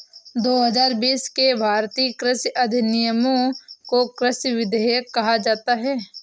दो हजार बीस के भारतीय कृषि अधिनियमों को कृषि विधेयक कहा जाता है